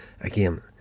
...again